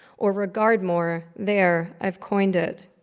or regardmore. there, i've coined it.